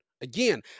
Again